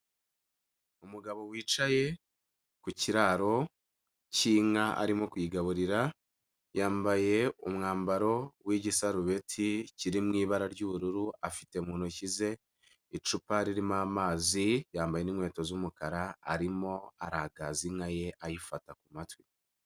Umugabo wicaye ku kiraro cy'inka arimo kuyigaburira; yambaye umwambaro w'igisarubeti kiri mu ibara ry'ubururu, afite mu ntoki ze icupa ririmo amazi, yambaye n'inkweto z'umukara arimo aragaza inka ye ayifata ku matwi.